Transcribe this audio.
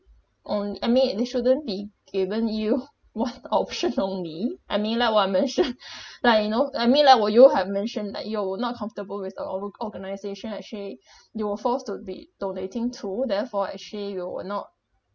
on I mean it they shouldn't be given you what optionally I mean like what I mention but you know I mean like what you have mentioned that you were not comfortable with the overall organisation actually you were forced to be donating to therefore actually you will not